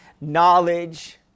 Knowledge